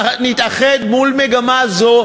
מול מגמה זו,